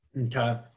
Okay